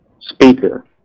speaker